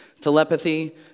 Telepathy